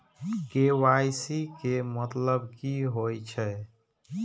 KYC के मतलब कि होई छै?